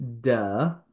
Duh